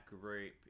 group